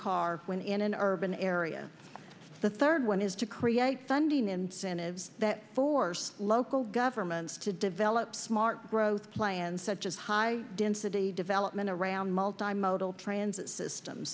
car when in an urban area the third one is to create funding incentives that force local governments to develop smart growth plans such as high density development around mull dime modal transit says them